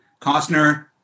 Costner